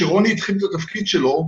כאשר רוני התחיל את התפקיד שלו,